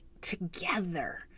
together